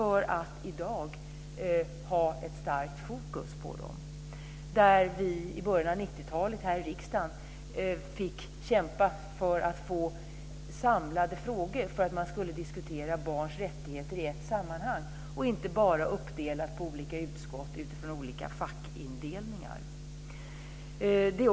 I dag har vi ett starkt fokus på dem. I början av 90-talet fick vi här i riksdagen kämpa för att få behandla frågorna samlat, för att man skulle diskutera barns rättigheter i ett sammanhang och inte bara uppdelat på olika utskott utifrån olika fackindelningar.